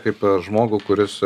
kaip žmogų kuris